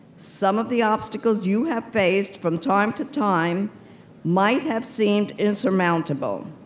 some of the obstacles you have faced from time to time might have seemed insurmountable.